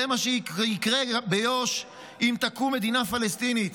זה מה שיקרה ביו"ש אם תקום מדינה פלסטינית.